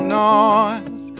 noise